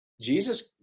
Jesus